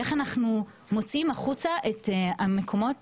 איך אנחנו מוצאים החוצה את המקומות